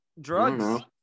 Drugs